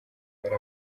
bari